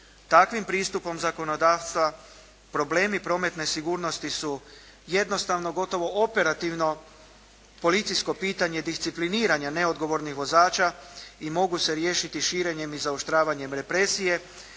Takvim pristupom zakonodavca problemi prometne sigurnosti su jednostavno gotovo operativno policijsko pitanje discipliniranja neodgovornih vozača i mogu se riješiti širenjem i zaoštravanjem represije